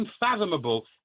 unfathomable